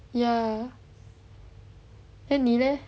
ya then 你 leh